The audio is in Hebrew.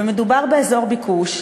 ומדובר באזור ביקוש,